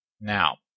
Now